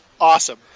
Awesome